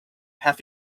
have